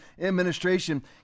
administration